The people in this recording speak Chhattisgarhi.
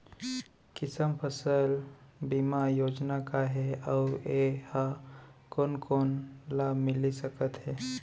किसान फसल बीमा योजना का हे अऊ ए हा कोन कोन ला मिलिस सकत हे?